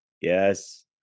Yes